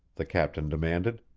the captain demanded.